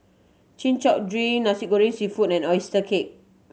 Chin Chow drink Nasi Goreng Seafood and oyster cake